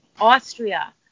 Austria